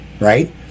right